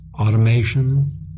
automation